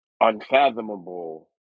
unfathomable